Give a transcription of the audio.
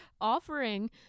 offering